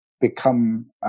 become